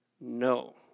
no